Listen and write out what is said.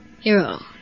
Hero